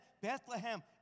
Bethlehem